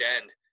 end